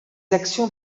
actions